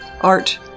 art